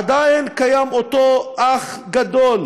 עדיין קיים אותו אח גדול